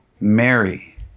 Mary